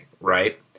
right